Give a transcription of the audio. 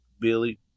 Billy